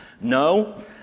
No